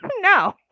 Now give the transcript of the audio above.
No